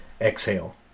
exhale